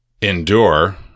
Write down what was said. endure